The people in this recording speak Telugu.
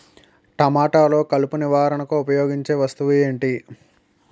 టమాటాలో కలుపు నివారణకు ఉపయోగించే వస్తువు ఏంటి?